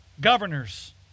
governors